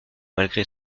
malgré